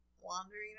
wandering